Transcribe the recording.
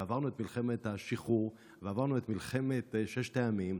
ועברנו את מלחמת השחרור ואת מלחמת ששת הימים,